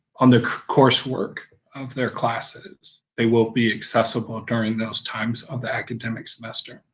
um the coursework of their classes they will be accessible during those times of the academic semester.